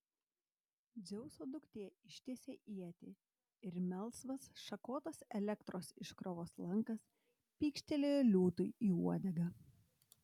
dzeuso duktė ištiesė ietį ir melsvas šakotas elektros iškrovos lankas pykštelėjo liūtui į uodegą